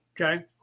Okay